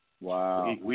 Wow